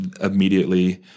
immediately